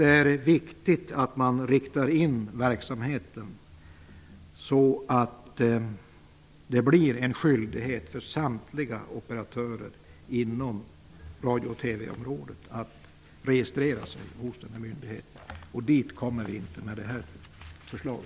Det är viktigt att verksamheten läggs upp på ett sådant sätt att samtliga operatörer inom radio och TV-området blir skyldiga att registrera sig hos myndigheten, men dit kommer vi inte med detta förslag.